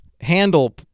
handle